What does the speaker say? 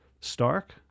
stark